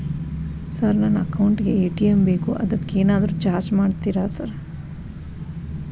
Sir ನನ್ನ account ಗೇ ATM ಬೇಕು ಅದಕ್ಕ ಏನಾದ್ರು ಚಾರ್ಜ್ ಮಾಡ್ತೇರಾ ಸರ್?